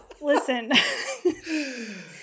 listen